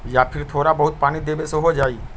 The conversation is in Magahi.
या फिर थोड़ा बहुत पानी देबे से हो जाइ?